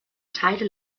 teile